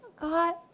God